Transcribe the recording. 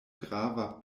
grava